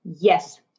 Yes